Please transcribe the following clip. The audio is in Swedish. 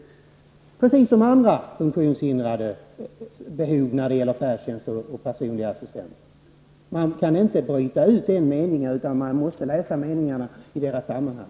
Detta gäller också andra funktionshindrades behov av färdtjänst och personlig assistans. Man kan inte bryta ut en mening, utan man måste läsa meningarna i deras sammanhang.